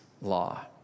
law